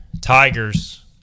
Tigers